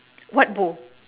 what bow